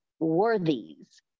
Worthies